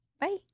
Bye